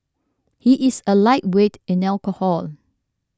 he is a lightweight in alcohol